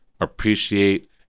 appreciate